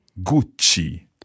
Gucci